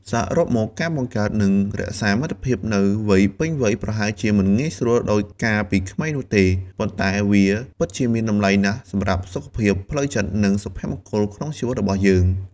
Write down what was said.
សរុបមក ការបង្កើត និងរក្សាមិត្តភាពនៅវ័យពេញវ័យប្រហែលជាមិនងាយស្រួលាដូចកាលពីក្មេងនោះទេ ប៉ុន្តែវាពិតជាមានតម្លៃណាស់សម្រាប់សុខភាពផ្លូវចិត្ត និងសុភមង្គលក្នុងជីវិតរបស់យើង។